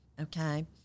Okay